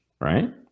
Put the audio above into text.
right